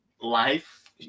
Life